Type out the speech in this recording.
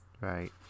Right